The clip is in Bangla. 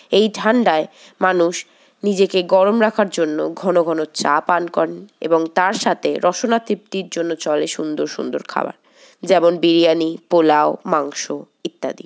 এই ঠান্ডায় মানুষ নিজেকে গরম রাখার জন্য ঘনঘন চা পান করেন এবং তার সাথে রসনাতৃপ্তির জন্য চলে সুন্দর সুন্দর খাবার যেমন বিরিয়ানি পোলাও মাংস ইত্যাদি